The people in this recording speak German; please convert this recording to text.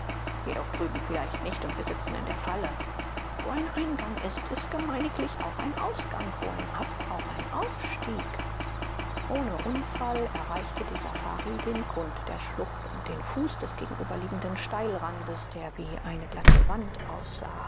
jedoch drüben vielleicht nicht und wir sitzen in der falle wo ein eingang ist gemeiniglich auch ein ausgang wo ein ab auch ein aufstieg ohne unfall erreichte die safari den grund der schlucht und den fuß des gegenüberliegenden steilrandes der wie eine glatte wand aussah